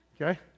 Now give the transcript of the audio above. okay